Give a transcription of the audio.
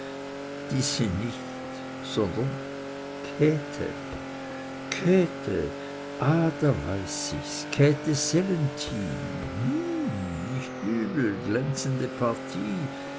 diese nicht sondern käthe käthe ah da weiß ich's käthe sellenthin hm nicht übel glänzende partie